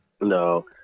No